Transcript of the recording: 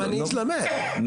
אני מתלמד.